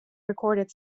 recorded